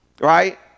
right